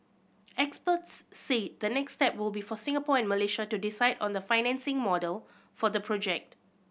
experts said the next step will be for Singapore and Malaysia to decide on the financing model for the project